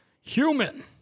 human